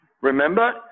Remember